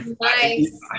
Nice